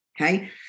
okay